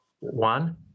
one